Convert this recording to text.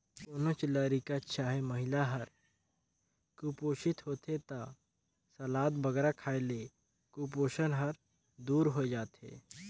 कोनोच लरिका चहे महिला हर कुपोसित होथे ता सलाद बगरा खाए ले कुपोसन हर दूर होए जाथे